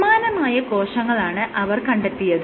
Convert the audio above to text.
സമാനമായ കോശങ്ങളാണ് അവർ കണ്ടെത്തിയത്